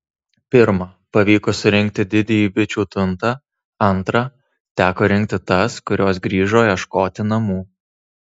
pirmą pavyko surinkti didįjį bičių tuntą antrą teko rinkti tas kurios grįžo ieškoti namų